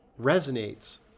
resonates